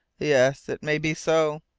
yes, it may be so.